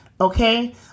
Okay